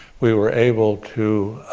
we were able to